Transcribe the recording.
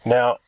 Now